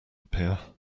appear